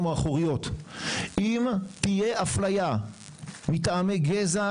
האחוריות אם תהיה אפליה מטעמי גזע,